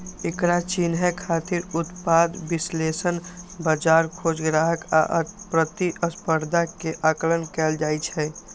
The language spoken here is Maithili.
एकरा चिन्है खातिर उत्पाद विश्लेषण, बाजार खोज, ग्राहक आ प्रतिस्पर्धा के आकलन कैल जाइ छै